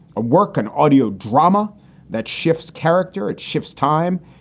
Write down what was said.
a work, an audio drama that shifts character. it shifts time.